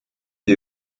dès